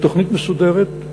בתוכנית מסודרת,